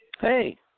Hey